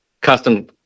custom